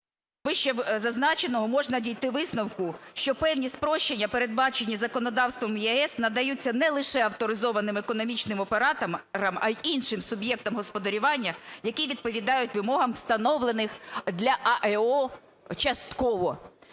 вищезазначеного можна дійти висновку, що певні спрощення, передбачені законодавством ЄС, надаються не лише авторизованим економічним операторам, а й іншим суб'єктам господарювання, які відповідають вимогам, встановлених для АЕО частково.